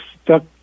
stuck